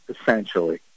essentially